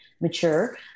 mature